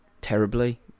terribly